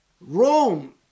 Rome